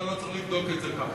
אתה לא צריך לבדוק כך,